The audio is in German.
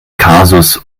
kasus